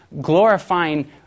glorifying